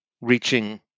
reaching